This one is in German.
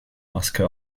maske